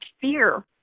fear